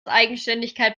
eigenständigkeit